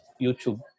YouTube